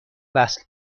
وصل